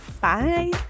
Bye